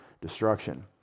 destruction